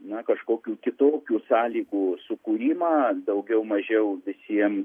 na kažkokių kitokių sąlygų sukūrimą daugiau mažiau visiem